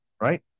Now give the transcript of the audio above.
Right